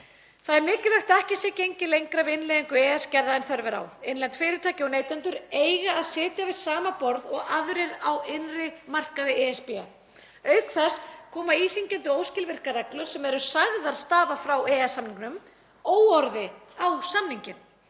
Það er mikilvægt að ekki sé gengið lengra við innleiðingu EES-gerða en þörf er á. Innlend fyrirtæki og neytendur eiga að sitja við sama borð og aðrir á innri markaði ESB. Auk þess koma íþyngjandi og óskilvirkar reglur sem eru sagðar stafa frá EES-samningnum óorði á samninginn.